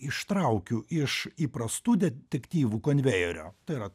ištraukiu iš įprastų detektyvų konvejerio tai yra